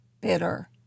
bitter